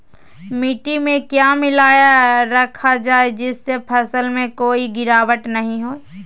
मिट्टी में क्या मिलाया रखा जाए जिससे फसल में कोई गिरावट नहीं होई?